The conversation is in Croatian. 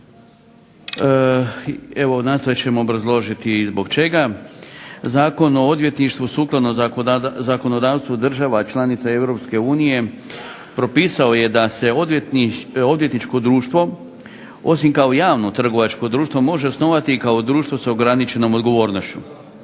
Evo nastojat ćemo obrazložiti zbog čega. Zakon o odvjetništvu sukladno zakonodavstvu država članica EU propisao je da je odvjetničko društvo osim kao javno trgovačko društvo može osnovati i kao društvo sa ograničenom odgovornošću.